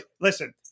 Listen